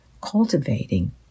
cultivating